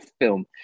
film